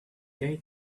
day